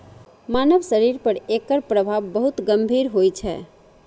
मानव शरीर पर एकर प्रभाव बहुत गंभीर होइ छै